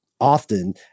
often